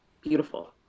beautiful